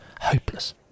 Hopeless